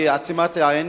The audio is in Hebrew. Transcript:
בעצימת עין,